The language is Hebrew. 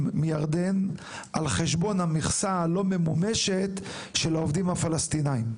מירדן על חשבון המכסה הלא ממומשת של העובדים הפלסטינים.